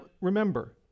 remember